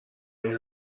این